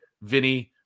Vinny